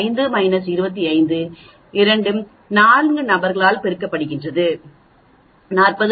5 25 2 4 நபர்களால் பெருக்கப்படுகிறது 40